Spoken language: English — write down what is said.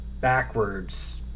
backwards